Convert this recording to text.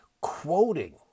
Quoting